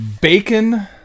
Bacon